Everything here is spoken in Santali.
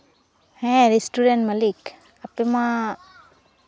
ᱦᱮᱸ ᱨᱮᱥᱴᱩᱨᱮᱱᱴ ᱢᱟᱹᱞᱤᱠ ᱟᱯᱮ ᱢᱟ